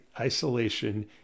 isolation